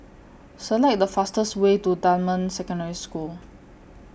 Select The fastest Way to Dunman Secondary School